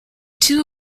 two